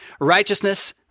Righteousness